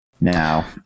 Now